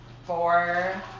Four